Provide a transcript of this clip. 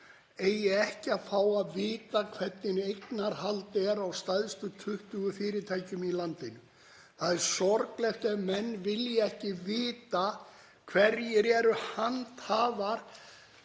eigi ekki að fá að vita hvernig eignarhald er á stærstu 20 fyrirtækjum í landinu. Það er sorglegt ef menn vilja ekki vita hverjir voru handhafar